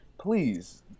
Please